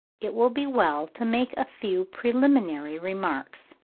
it will be well to make a few preliminary remarks.